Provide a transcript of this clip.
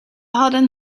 hadden